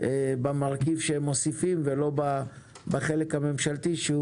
במרכיב שהם מוסיפים ולא בחלק הממשלתי שהוא